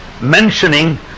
mentioning